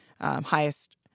highest